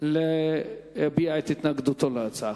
להביע את התנגדותו להצעה.